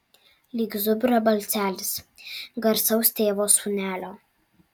lyg zubrio balselis garsaus tėvo sūnelio